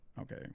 okay